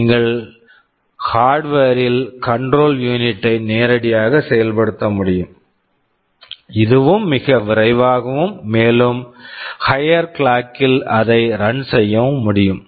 நீங்கள் hardware hardware ல் control unit control unit ஐ நேரடியாக செயல்படுத்த முடியும் இதுவும் மிக விரைவாகவும் மேலும் ஹையர் கிளாக் higher clock கில் அதை ரன் run செய்யவும் முடியும்